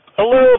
Hello